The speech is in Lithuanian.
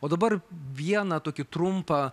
o dabar vieną tokį trumpą